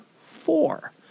four